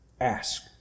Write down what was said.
Ask